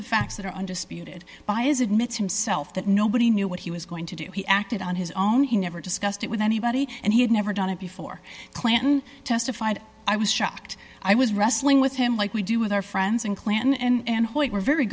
the facts that are undisputed by is admits himself that nobody knew what he was going to do he acted on his own he never discussed it with anybody and he had never done it before clinton testified i was shocked i was wrestling with him like we do with our friends and clan and what we're very